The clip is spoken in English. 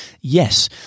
yes